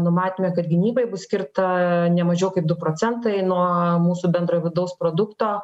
numatėme kad gynybai bus skirta ne mažiau kaip du procentai nuo mūsų bendro vidaus produkto